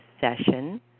session